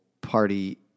party